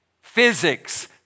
physics